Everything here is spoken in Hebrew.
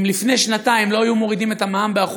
אם לפני שנתיים לא היו מורידים את המע"מ ב-1%,